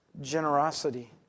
generosity